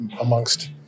amongst